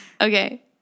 Okay